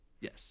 yes